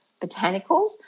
botanicals